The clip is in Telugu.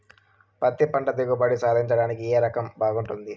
పత్తి పంట దిగుబడి సాధించడానికి ఏ రకం బాగుంటుంది?